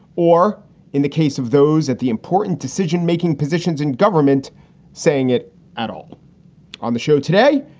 or in the case of those at the important decision making positions in government saying it at all on the show today,